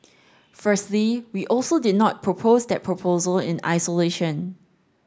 firstly we also did not propose that proposal in isolation